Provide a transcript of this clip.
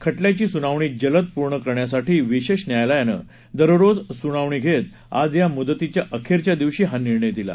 खटल्याची सुनावणी जलद पूर्ण करण्यासाठी विशेष न्यायालयानं दररोज सुनावणी घेत आज या मुदतीच्या अखेरच्या दिवशी हा निर्णय दिला